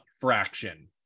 fraction